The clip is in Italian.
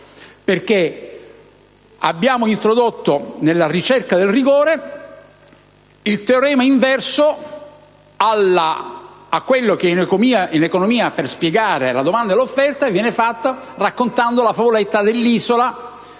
Abbiamo introdotto nella ricerca del rigore il teorema inverso a quello che in economia si usa per spiegare la domanda e l'offerta raccontando la favoletta dell'isola